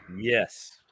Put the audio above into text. Yes